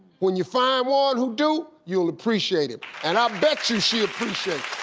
when you find one who do, you'll appreciate him. and i betch' you she appreciates.